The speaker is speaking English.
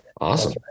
Awesome